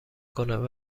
کند